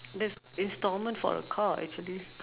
that's instalment for a car actually